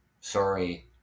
sorry